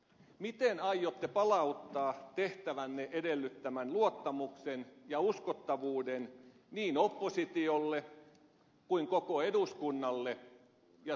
miten aiotte palauttaa tehtävänne edellyttämän luottamuksen ja uskottavuuden niin oppositiolle kuin koko eduskunnalle ja suomen kansalle